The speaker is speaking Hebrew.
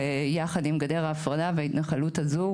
יחד עם גדר ההפרדה ועם ההתנחלות הזו,